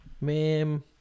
ma'am